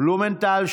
בלומנטל,